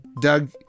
Doug